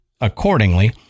accordingly